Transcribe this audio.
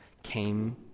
came